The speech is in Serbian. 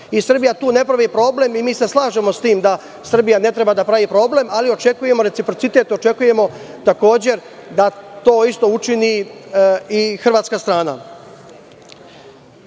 Srbija tu ne pravi problem. Mi se slažemo s tim da Srbija ne treba da pravi problem, ali očekujemo reciprocitet, očekujemo takođe da to isto učini i hrvatska strana. Nedavno